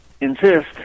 insist